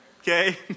okay